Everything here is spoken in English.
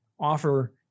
offer